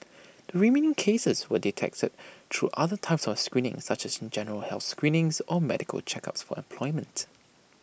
the remaining cases were detected through other types of screening such as general health screening or medical checks for employment